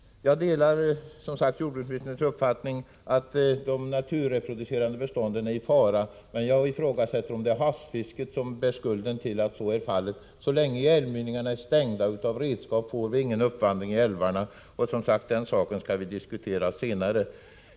Jag delar jordbruksministerns uppfattning, att de naturligt reproducerade bestånden är i fara, men jag ifrågasätter om det är havsfisket som bär skulden till att så är fallet. Så länge älvmynningarna är stängda av redskap får vi ingen 131 uppvandring i älvarna. Men, som sagt, den frågan skall vi diskutera senare.